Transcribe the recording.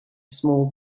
small